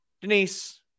Denise